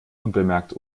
unbemerkt